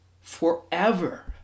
forever